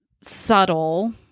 subtle